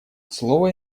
слово